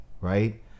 right